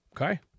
Okay